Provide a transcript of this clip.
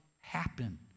happen